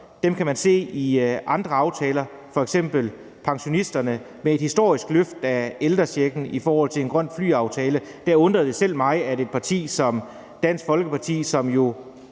kan man se i andre aftaler, f.eks. med et historisk løft af ældrechecken til pensionisterne og i forhold til en grøn flyaftale. Der undrede det selv mig, at et parti som Dansk Folkeparti, som jo